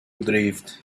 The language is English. drift